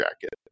jacket